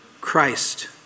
Christ